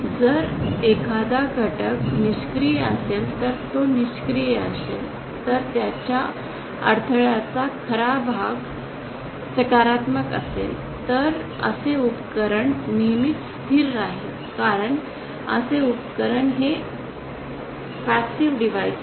जर एखादा घटक निष्क्रिय असेल तर तो निष्क्रिय असेल तर त्याच्या अडथळ्याचा खरा भाग सकारात्मक असेल तर असे उपकरण नेहमीच स्थिर राहील कारण असे उपकरण हे एक निष्क्रिय साधन आहे